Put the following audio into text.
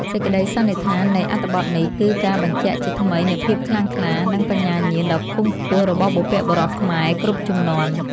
សេចក្តីសន្និដ្ឋាននៃអត្ថបទនេះគឺការបញ្ជាក់ជាថ្មីនូវភាពខ្លាំងក្លា និង បញ្ញាញាណដ៏ខ្ពង់ខ្ពស់របស់បុព្វបុរសខ្មែរគ្រប់ជំនាន់។